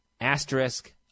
asterisk